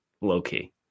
low-key